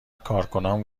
کارکنان